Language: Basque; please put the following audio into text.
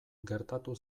gertatu